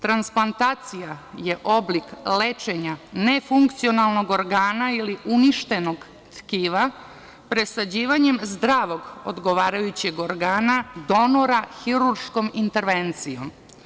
Transplantacija je oblik lečenja nefunkcionalnog organa ili uništenog tkiva presađivanjem zdravog, odgovarajućeg organa donora hirurškom intervencijom.